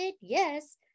yes